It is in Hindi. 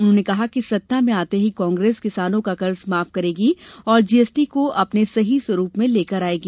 उन्होंने कहा कि सत्ता में आते ही कांग्रेस किसानों का कर्ज माफ करेगी और जीएसटी को अपने सही स्वरूप में लेकर आयेगी